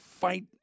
fight